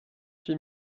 huit